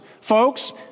Folks